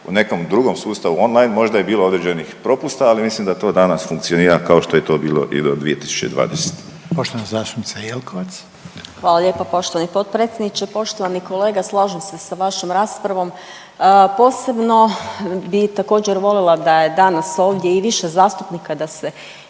U nekom drugom sustavu online možda je bilo određenih propusta, ali mislim da to danas funkcionira kao što je to bilo i do 2020. **Reiner, Željko (HDZ)** Poštovana zastupnica Jelkovac. **Jelkovac, Marija (HDZ)** Hvala lijepa poštovani potpredsjedniče. Poštovani kolega slažem se sa vašom raspravom. Posebno bi također volila da je danas ovdje i više zastupnika da se